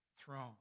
throne